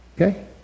Okay